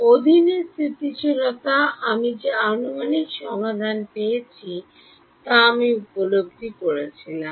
অধীনে স্থিতিশীলতা আমি যে আনুমানিক সমাধান পেয়েছি তা আমি উপলব্ধি করেছিলাম